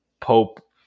Pope